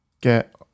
get